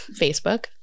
Facebook